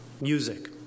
music